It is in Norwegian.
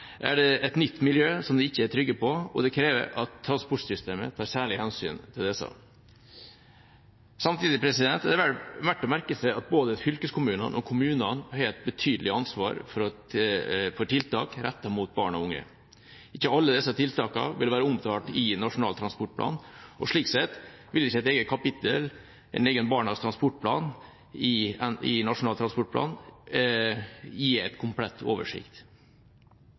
er det et nytt miljø som de ikke er trygge på, og det krever at transportsystemet tar særlige hensyn til disse trafikantene. Samtidig er det verdt å merke seg at både fylkeskommunene og kommunene har et betydelig ansvar for tiltak rettet mot barn og unge. Ikke alle disse tiltakene vil være omtalt i Nasjonal transportplan, og slik sett vil ikke et eget kapittel – en egen barnas transportplan – i Nasjonal transportplan gi en komplett oversikt.